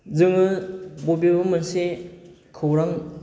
जोङो बबेबा मोनसे खौरां